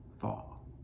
fall